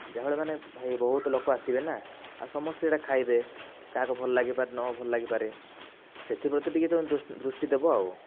ଯାହାହେଲେ ଭାଇ ବହୁତ ଲୋକ ଆସିବେ ନା ଆଉ ସମସ୍ତେ ସେଇଟା ଖାଇବେ କାହାକୁ ଭଲ ଲାଗିପରେ ନ ଭଲ ଲାଗିପାରେ ସେଥିପ୍ରତି ଟିକିଏ ତୁମେ ଦୃଷ୍ଟି ଦେବ ଆଉ